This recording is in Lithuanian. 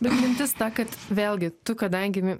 bet mintis ta kad vėlgi kadangi